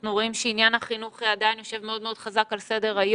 אנחנו רואים שעניין החינוך יושב עדיין מאוד מאוד חזק על סדר-היום.